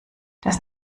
das